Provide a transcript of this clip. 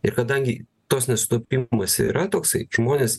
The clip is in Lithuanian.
ir kadangi toks nesutapimas yra toksai žmonės